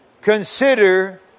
Consider